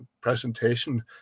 presentation